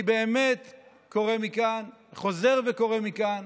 אני באמת קורא מכאן, חוזר וקורא מכאן